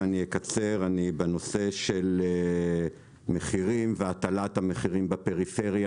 ואני אקצר בנושא של מחירים והטלת המחירים